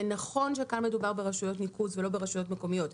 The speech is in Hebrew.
נכון שכאן מדובר ברשויות ניקוז ולא ברשויות מקומיות,